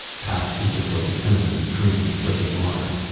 packed into filthy tenements, drinking dirty water.